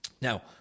Now